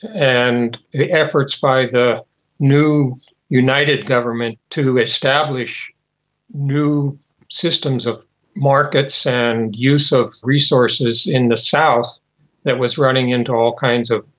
and the efforts by the new united government to establish new systems of markets and use of resources in the south that was running into all kinds of,